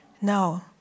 No